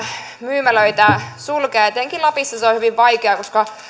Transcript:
myymälöitä sulkea etenkin lapissa se on hyvin vaikeaa koska